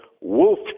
Wolf